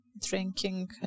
drinking